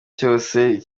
cyose